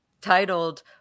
titled